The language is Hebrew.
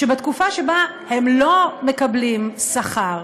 שבתקופה שבה הם לא מקבלים שכר,